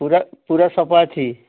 ପୁରା ପୁରା ସଫା ଅଛି